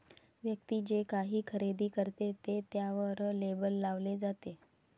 व्यक्ती जे काही खरेदी करते ते त्यावर लेबल लावले जाते